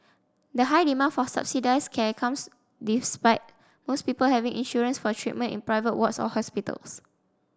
the high demand for subsidised care comes despite most people having insurance for treatment in private wards or hospitals